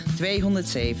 207